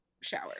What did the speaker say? shower